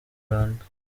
rwanda